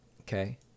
Okay